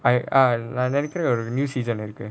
நான் நெனைக்கிறேன்:naan nenaikkiraen new season again